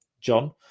John